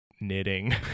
knitting